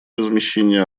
размещения